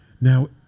Now